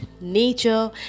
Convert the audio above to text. nature